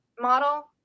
model